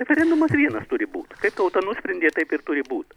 referendumas vienas turi būt kaip tauta nusprendė taip ir turi būt